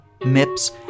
MIPS